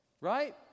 right